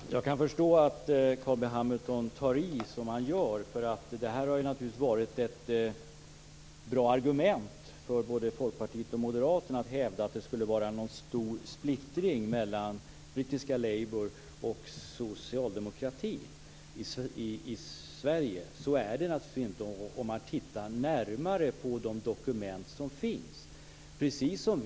Fru talman! Jag kan förstå att Carl B Hamilton tar i som han gör. Att hävda att det finns en stor splittring mellan brittiska Labour och socialdemokratin i Sverige har naturligtvis varit ett bra argument för både Folkpartiet och Moderaterna. Så är det naturligtvis inte. Det ser man om man tittar närmare på dokument som finns.